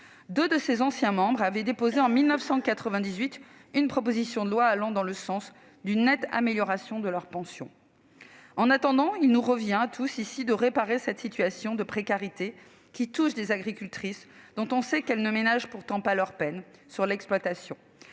deux de ses anciens membres avaient déposé en 1998 une proposition de loi allant dans le sens d'une nette amélioration de leurs pensions. En tout état de cause, il nous revient à tous ici de réparer cette situation de précarité qui touche des agricultrices dont on sait qu'elles ne ménagent pourtant pas leur peine sur l'exploitation.